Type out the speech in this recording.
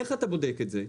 איך אתה בודק את זה?